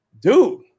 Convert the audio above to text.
dude